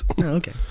okay